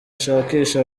nshakisha